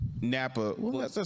Napa